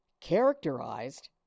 characterized